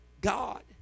God